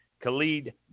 Khalid